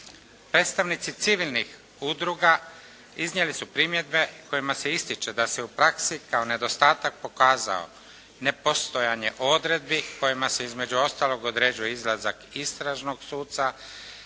Predstavnici civilnih udruga iznijeli su primjedbe kojima se ističe da se u praksi kao nedostatak pokazao nepostojanje odredbi kojima se između ostalog određuje izlazak istražnog suca